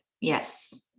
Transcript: Yes